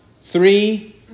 three